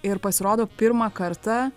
ir pasirodo pirmą kartą